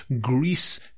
Greece